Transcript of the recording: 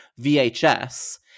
VHS